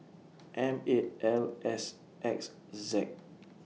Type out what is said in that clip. M eight L S X Z